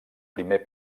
primer